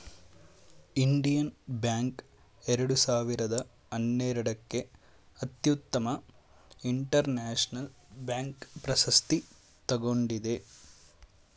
Indian bank ಎರಡು ಸಾವಿರದ ಹನ್ನೆರಡಕ್ಕೆ ಅತ್ಯುತ್ತಮ ಇಂಟರ್ನ್ಯಾಷನಲ್ ಬ್ಯಾಂಕ್ ಪ್ರಶಸ್ತಿ ತಗೊಂಡಿದೆ